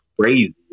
crazy